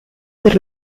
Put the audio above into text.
per